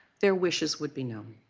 their wishes would be known.